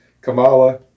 kamala